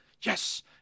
yes